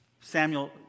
Samuel